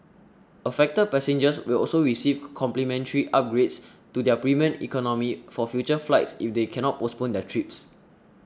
affected passengers will also receive complimentary upgrades to their premium economy for future flights if they cannot postpone their trips